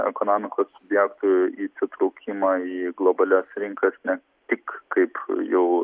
ekonomikos subjektų įsitraukimą į globalias rinkas ne tik kaip jau